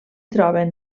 troben